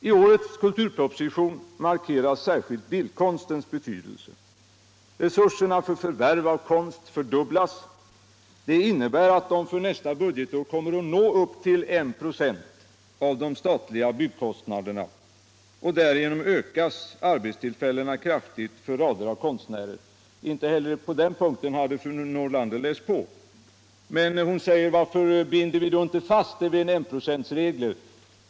I årets kulturproposition markeras särskilt bildkonstens betydelse. Resurserna för förvärv av konst fördubblas. Det innebär att de för nästa budgetår kommer att nå upp till I 26 av de statliga byggnadskostnaderna. Därigenom ökas arbetstillfällena kraftigt för rader av konstnärer. Inte heller på den punkten hade fru Nordlander läst på. Hon frågar varför vi då inte binder fast det vid en enprocentsregel.